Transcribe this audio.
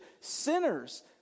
sinners